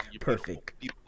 perfect